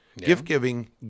Gift-giving